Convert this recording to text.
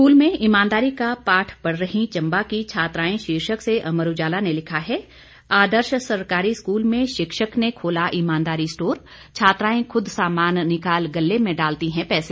school में ईमानदारी का पाठ पढ़ रहीं चंबा की छात्राएं शीर्षक से अमर उजाला ने लिखा है आदर्श सरकारी स्कूल में शिक्षक ने खोला ईमानदारी स्टोर छात्राएं खुद सामान निकाल गल्ले में डालती हैं पैसे